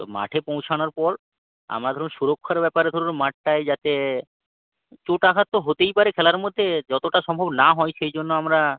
তো মাঠে পৌঁছানোর পর আমাদেরও সুরক্ষার ব্যাপারে ধরুন মাঠটাই যাতে চোট আঘাত তো হতেই পারে খেলার মধ্যে যতোটা সম্ভব না হয় সেই জন্য আমরা